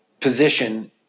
position